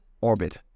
orbit